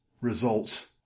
results